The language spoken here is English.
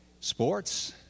sports